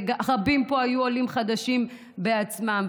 ורבים פה היו עולים חדשים בעצמם.